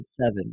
seven